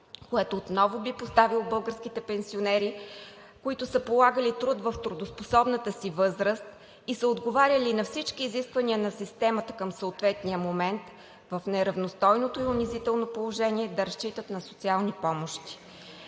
което отново би поставило българските пенсионери, които са полагали труд в трудоспособната си възраст и са отговаряли на всички изисквания на системата към съответния момент в неравностойното и унизително положение, да разчитат на социални помощи.